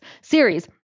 series